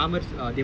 Anjaneyar